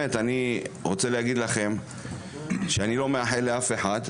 אני לא מאחל את זה לאף אחד,